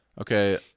okay